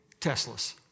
Teslas